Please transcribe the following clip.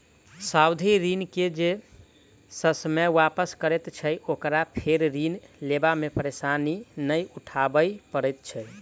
सावधि ऋण के जे ससमय वापस करैत छै, ओकरा फेर ऋण लेबा मे परेशानी नै उठाबय पड़ैत छै